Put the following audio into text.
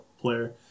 player